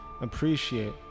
appreciate